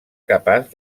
capaç